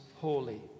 holy